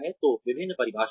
तो विभिन्न परिभाषाएँ